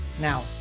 Now